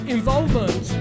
Involvement